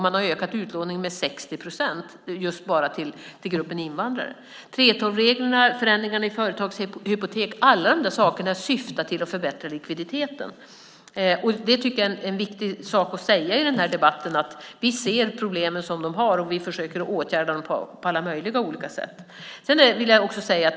Man har ökat utlåningen med 60 procent bara till just gruppen invandrare. 3:12-reglerna, förändringarna när det gäller företagshypotek och alla de sakerna syftar till att förbättra likviditeten. En viktig sak att säga i den här debatten är, tycker jag, att vi ser de problem som man har, och vi försöker åtgärda problemen på alla möjliga sätt.